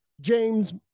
James